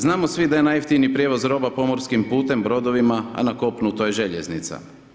Znamo svi da je najjeftiniji prijevoz roba pomorskim putem brodovima, a na kopnu to je željeznica.